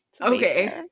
Okay